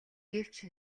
гэвч